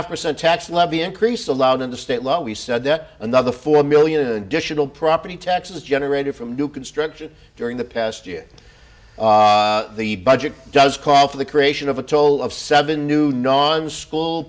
enough percent tax levy increase allowed in the state law he said that another four million additional property taxes generated from new construction during the past year the budget does call for the creation of a toll of seven new non school